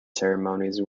ceremonies